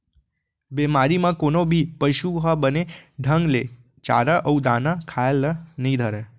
बेमारी म कोनो भी पसु ह बने ढंग ले चारा अउ दाना खाए ल नइ धरय